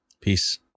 peace